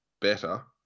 better